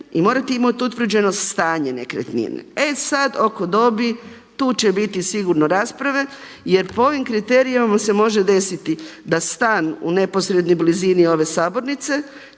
i morate imati utvrđeno stanje nekretnine. E sad, oko dobi tu će biti sigurno rasprave jer po ovim kriterijima se može desiti da stan u neposrednoj blizini ove sabornice